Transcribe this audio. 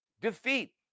defeat